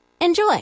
Enjoy